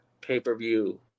pay-per-view